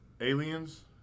Aliens